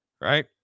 Right